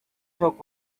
çok